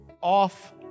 off